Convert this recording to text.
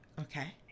Okay